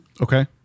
Okay